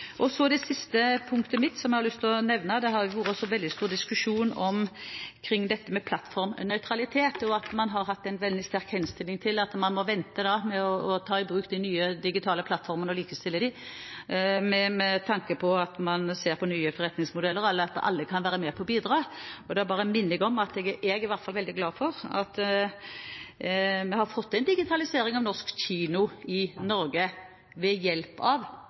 Så det siste punktet mitt som jeg har lyst til å nevne. Det har vært stor diskusjon omkring dette med plattformnøytralitet, og at man har hatt en sterk henstilling om at man må vente med å ta i bruk de nye digitale plattformene og å likestille dem, med tanke på at man ser på nye forretningsmodeller, eller at alle kan være med på å bidra. Da bare minner jeg om at jeg er i hvert fall veldig glad for at vi ved hjelp av dvd-avgiften har fått en digitalisering av norsk kino i Norge.